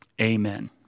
Amen